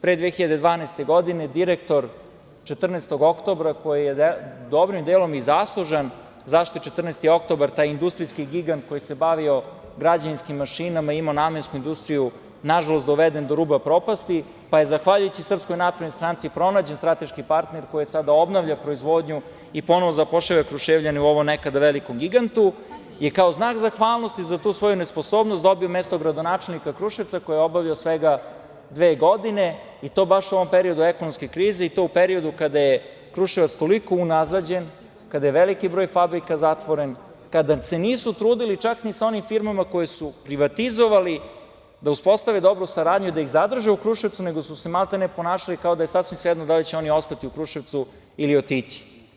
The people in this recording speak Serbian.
Pre 2012. godine direktor „14. oktobra“, koji je dobrim delom i zaslužan zašto je „14. oktobar“, taj industrijski gigant koji se bavio građevinskim mašinama, imao namensku industriju, nažalost, doveden do ruba propasti, pa je zahvaljujući SNS pronađen strateški partner koji sada obnavlja proizvodnju i ponovo zapošljava Kruševljane u ovom nekada velikom gigantu i kao znak zahvalnosti za tu svoju nesposobnost dobio mesto gradonačelnika Kruševca, koji je obavljao svega dve godine, i to baš u ovom periodu ekonomske krize, i to u periodu kada je Kruševac toliko unazađen, kada je veliki broj fabrika zatvoren, kada se nisu trudili čak ni sa onim firmama koje su privatizovali da uspostave dobru saradnju i da ih zadrže u Kruševcu, nego su se maltene ponašali kao da je sasvim svejedno da li će oni ostati u Kruševcu ili otići.